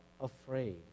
afraid